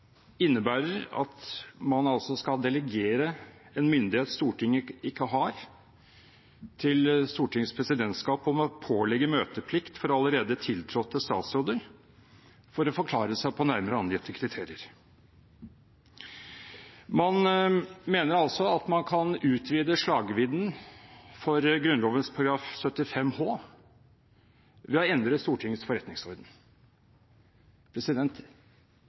innebærer at man skal delegere en myndighet Stortinget ikke har, til Stortingets presidentskap om å pålegge møteplikt for allerede tiltrådte statsråder for å forklare seg på nærmere angitte kriterier. Man mener altså at man kan utvide slagvidden til Grunnloven § 75 h ved å endre Stortingets forretningsorden.